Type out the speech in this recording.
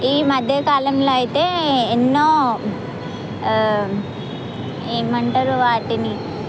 ఈ మధ్య కాలంలో అయితే ఎన్నో ఏమంటారు వాటిని